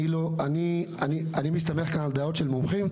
אני מסתמך על הדעות של המומחים.